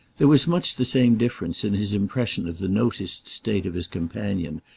there was much the same difference in his impression of the noticed state of his companion,